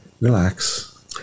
relax